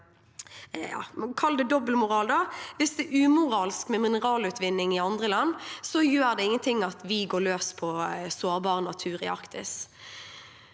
en slags dobbeltmoral: Hvis det er umoralsk med mineralutvinning i andre land, gjør det ingenting at vi går løs på sårbar natur i Arktis.